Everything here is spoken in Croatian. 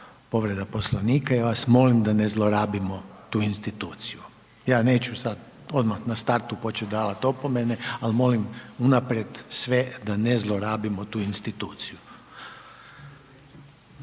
povreda Poslovnika i vas molim da ne zlorabimo tu instituciju. Ja neću sad odmah na startu počet davat opomene ali molim unaprijed sve da ne zlorabimo tu instituciju.